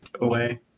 away